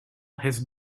his